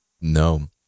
No